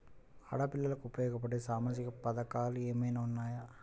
ఆడపిల్లలకు ఉపయోగపడే సామాజిక పథకాలు ఏమైనా ఉన్నాయా?